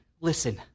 listen